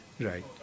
Right